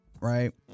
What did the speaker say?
Right